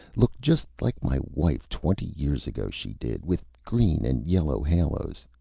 looked just like my wife twenty years ago, she did, with green and yellow halos.